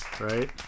Right